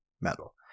metal